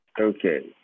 Okay